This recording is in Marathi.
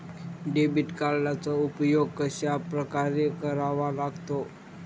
डेबिट कार्डचा उपयोग कशाप्रकारे करावा लागतो?